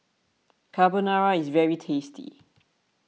Carbonara is very tasty